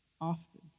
often